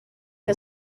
que